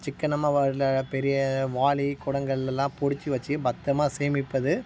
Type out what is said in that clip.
சிக்கனமாக வாளில பெரிய வாளி குடங்கள்லலாம் பிடிச்சி வெச்சி பத்திரமா சேமிப்பது